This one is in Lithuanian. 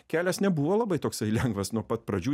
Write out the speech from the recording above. kelias nebuvo labai toksai lengvas nuo pat pradžių